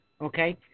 okay